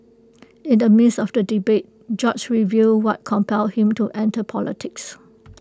in the midst of the debate George revealed what compelled him to enter politics